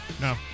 No